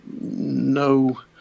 No